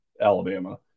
Alabama